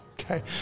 okay